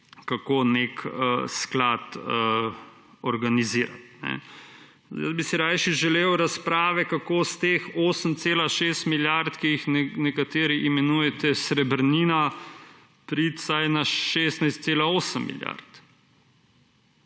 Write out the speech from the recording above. kako nekaj sklad organizirati. Jaz bi si rajši želel razprave, kako iz teh 8,6 milijard, ki jih nekateri imenujete srebrnina, priti vsaj na 16,8 milijard.